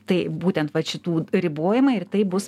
tai būtent vat šitų ribojimai ir tai bus